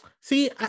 See